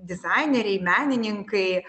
dizaineriai menininkai